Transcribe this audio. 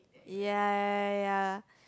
ya ya ya ya